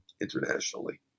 internationally